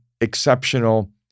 exceptional